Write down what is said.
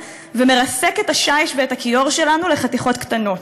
ומרסק את השיש ואת הכיור שלנו לחתיכות קטנות.